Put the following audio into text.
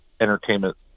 entertainment